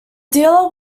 dealer